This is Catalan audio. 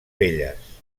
velles